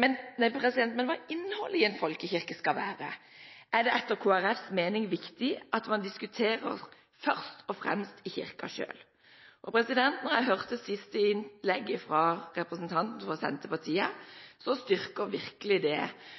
Men hva innholdet i en folkekirke skal være, er det etter Kristelig Folkepartis mening viktig at man diskuterer først og fremst i Kirken selv. Da jeg hørte siste innlegget fra representanten fra Senterpartiet, styrker virkelig det